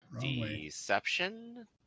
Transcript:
Deception